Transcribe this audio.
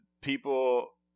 people